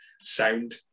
sound